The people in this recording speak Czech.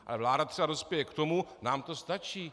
Ale vláda třeba dospěje k tomu nám to stačí.